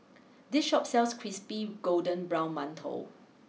this Shop sells Crispy Golden Brown Mantou